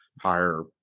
higher